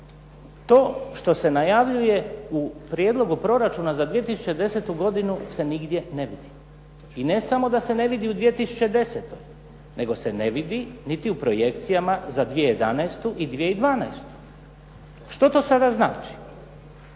to što se najavljuje u prijedlogu proračuna za 2010. godinu se nigdje ne vidi i ne samo da se ne vidi u 2010. nego se ne vidi niti u projekcijama za 2011. i 2012. Što to sada znači?